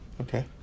Okay